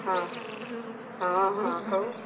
हँ हँ हँ कहु